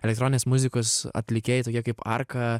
elektroninės muzikos atlikėjai tokie kaip arka